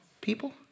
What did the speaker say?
people